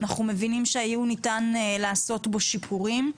אנחנו מבינים שהיה ניתן לעשות בו שיפורים,